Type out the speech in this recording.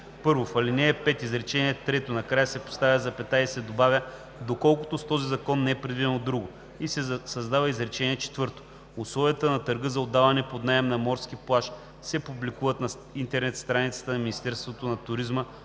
1. В ал. 5 в изречение трето накрая се поставя запетая и се добавя „доколкото с този закон не е предвидено друго“ и се създава изречение четвърто: „Условията на търга за отдаване под наем на морски плаж се публикуват на интернет страницата на Министерството на туризма,